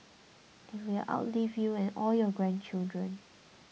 and will outlive you and all your grandchildren